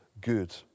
good